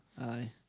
Aye